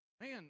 Man